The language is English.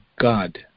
God